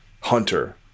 Hunter